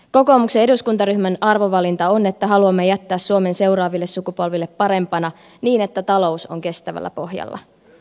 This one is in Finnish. kokoomuksen eduskuntaryhmän arvovalinta on että haluamme jättää suomen seuraaville sukupolville parempana niin että talous on kestävällä pohjalla